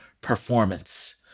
performance